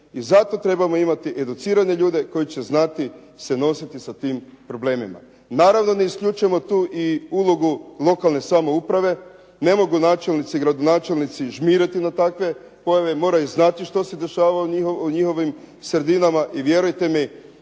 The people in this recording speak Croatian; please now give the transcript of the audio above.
I zato trebamo imati educirane ljude koji će znati se nositi sa tim problemima. Naravno ne isključujemo tu i ulogu lokalne samouprave. Ne mogu načelnici i gradonačelnici žmiriti na takve pojave. Moraju znati što se dešava u njihovim sredinama. I vjerujte mi